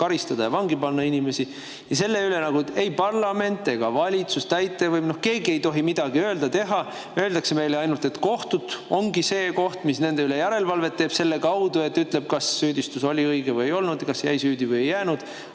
karistada ja vangi panna, ja selle kohta ei parlament ega valitsus, täitevvõim, keegi ei tohi midagi öelda ega teha. Öeldakse meile ainult, et kohus ongi see koht, mis nende üle järelevalvet teeb selle kaudu, et ütleb, kas süüdistus oli õige või ei olnud, kas [keegi] jäi süüdi või ei jäänud.